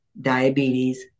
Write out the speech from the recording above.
diabetes